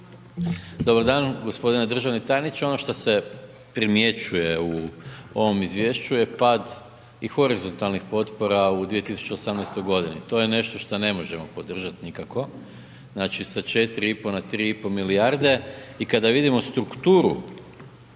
Dobar dan, g. državni tajniče, ono šta se primjećuje u ovom izvješću je pad i horizontalnih potpora u 2018.g., to je nešto šta ne možemo podržat nikako, znači sa 4,5 na 3,5 milijarde i kada vidimo strukturu,